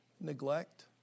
Neglect